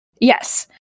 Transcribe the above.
Yes